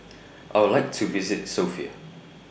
I Would like to visit Sofia